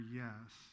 yes